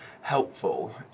helpful